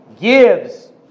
gives